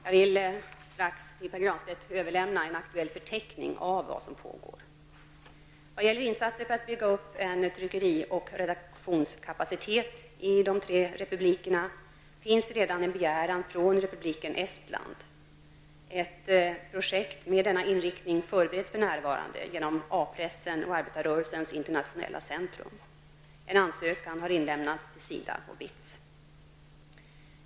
Jag vill här till Pär Granstedt överlämna en aktuell förteckning av vad som pågår. Vad gäller insatser för att bygga upp en tryckerioch redaktionskapacitet i de tre republikerna finns redan en begäran från republiken Estland. Ett projekt med denna inriktning förbereds för närvarande genom A-pressen och Arbetarrörelsens Internationella Centrum. En ansökan har inlämnats till SIDA och BITS.